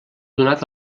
donat